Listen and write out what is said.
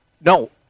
No